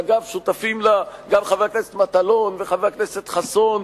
שאגב שותפים לה גם חבר הכנסת מטלון וחבר הכנסת חסון,